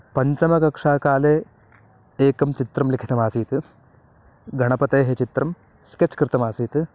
पञ्चमकक्षाकाले एकं चित्रं लिखितमासीत् गणपतेः चित्रं स्केच् कृतमासीत्